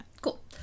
Cool